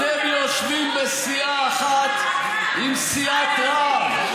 אתם יושבים בסיעה אחת עם סיעת רע"ם.